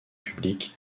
public